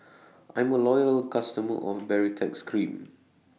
I'm A Loyal customer of Baritex Cream